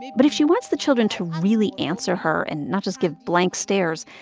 but if she wants the children to really answer her and not just give blank stares,